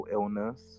Illness